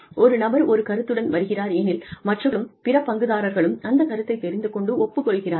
ஒரு நபர் ஒரு கருத்துடன் வருகிறார் எனில் மற்றவர்களும் பிற பங்குதாரர்களும் அந்த கருத்தைத் தெரிந்து கொண்டு ஒப்புக் கொள்கிறார்கள்